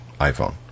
iPhone